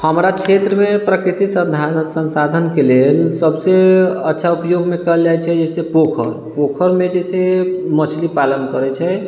हमरा क्षेत्रमे कृषि सन्साधनके लेल सबसे अच्छा उपयोगमे कएल जाइ छै जैसे पोखरि पोखरिमे जे छै मछली पालन करै छै